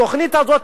התוכנית הזאת,